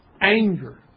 anger